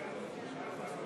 הכנסת,